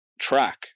track